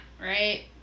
right